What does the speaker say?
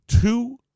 two